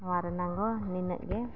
ᱱᱚᱣᱟ ᱨᱮᱱᱟᱜ ᱫᱚ ᱱᱤᱱᱟᱹ ᱜᱮ